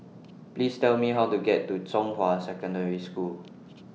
Please Tell Me How to get to Zhonghua Secondary School